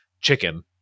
chicken